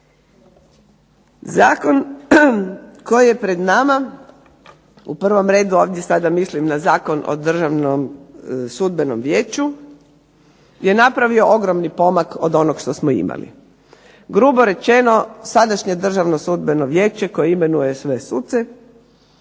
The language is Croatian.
Zakon koji je pred nama, u prvom redu ovdje sada mislim na Zakon o Državnom sudbenom vijeću, je napravio ogromni pomak od onog što smo imali. Grubo rečeno, sadašnje Državno sudbeno vijeće koje imenuje sve suce